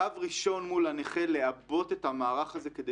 קו ראשון מול הנכה לעבות את המערך הזה כדי